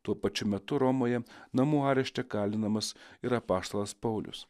tuo pačiu metu romoje namų arešte kalinamas ir apaštalas paulius